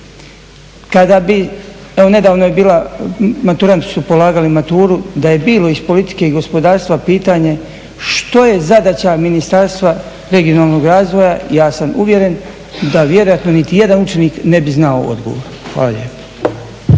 Kada bi, evo nedavno je bila, maturanti su polagali maturu, da je bilo iz politike i gospodarstva pitanje što je zadaća Ministarstva regionalnog razvoja, ja sam uvjeren da vjerojatno niti jedan učenik ne bi znao odgovor. Hvala lijepo.